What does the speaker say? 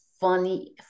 funny